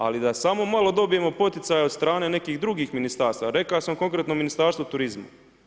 Ali da samo malo dobijemo poticaja od strane nekih drugih ministarstava, rekao sam konkretno Ministarstvo turizma.